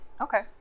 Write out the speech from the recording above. Okay